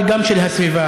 אבל גם של הסביבה,